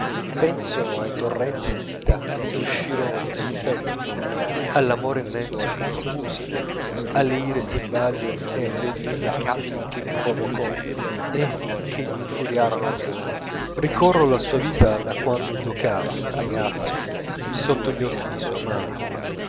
penso ai torrenti di vita che uscirono dal suo petto all'amore immenso che profuse alle ire selvaggie e agli odii implacabili che provocò e che gli infuriarono nell'anima ricorro la sua vita da quando giocava ragazzo sotto gli occhi di sua madre